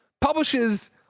publishes